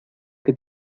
que